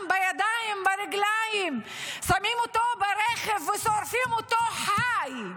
בידיים, ברגליים, שמים אותו ברכב ושורפים אותו חי.